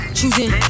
Choosing